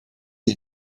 ihr